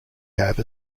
have